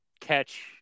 catch